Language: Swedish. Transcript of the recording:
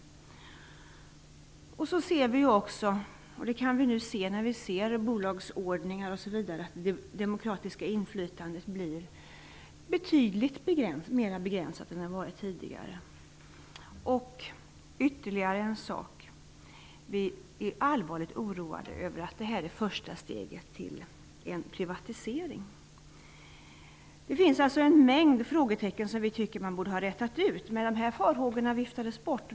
När vi nu sett bolagsordningen och annat, ser vi att det demokratiska inflytandet blir betydligt mer begränsat än vad det varit tidigare. Vi är allvarligt oroade över att detta är första steget till en privatisering. Det finns alltså en mängd frågetecken som vi tycker att man borde ha rätat ut. Men dessa farhågor viftades bort.